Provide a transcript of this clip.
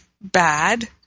bad